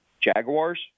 Jaguars